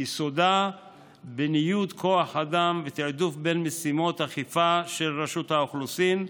יסודה בניוד כוח אדם ותיעדוף בין משימות אכיפה של רשות האוכלוסין,